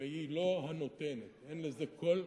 והיא לא הנותן, אין לזה כל משמעות.